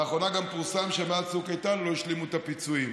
לאחרונה גם פורסם שמאז צוק איתן לא השלימו את הפיצויים.